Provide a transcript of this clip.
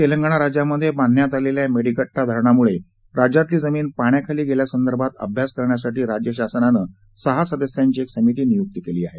शेजारी तेलंगणा राज्यामधे बांधण्यात आलेल्या मेडीगड्डा धरणामुळे राज्यातली जमीन पाण्याखाली गेल्यासंदर्भात अभ्यास करण्यासाठी राज्यशासनानं सहा सदस्यांची एक समिती नियुक्त केली आहे